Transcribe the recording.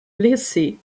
blessé